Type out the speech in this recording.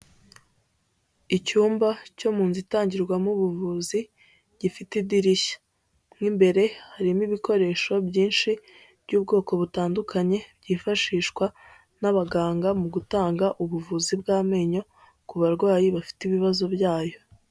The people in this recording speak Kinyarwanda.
Icyumba cyo mu nzu itangirwamo ubuvuzi, gifite idirishya, mo imbere harimo ibikoresho byinshi by'ubwoko butandukanye, byifashishwa n'abaganga mu gutanga ubuvuzi bw'amenyo, ku barwayi bafite ibibazo byayo.